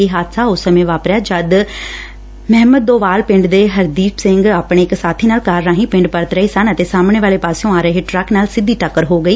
ਇਹ ਹਾਦਸਾ ਉਸ ਸਮੇਂ ਵਾਪਰਿਆ ਜਦ ਮਹਿਮਦੋਵਾਲ ਪਿੰਡ ਦੇ ਹਰਦੀਪ ਸਿੰਘ ਆਪਣੇ ਇਕ ਸਾਥੀ ਨਾਲ ਕਾਰ ਰਾਹੀਂ ਪਿੰਡ ਪਰਤ ਰਹੇ ਸਨ ਅਤੇ ਸਾਹਮਣੇ ਵਾਲੇ ਪਾਸਿਓ ਆ ਰਹੇ ਟਰੱਕ ਨਾਲ ਸਿੱਧੀ ਟੱਕਰ ਹੋ ਗਈ